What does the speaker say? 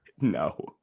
No